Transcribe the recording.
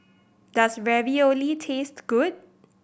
does Ravioli taste good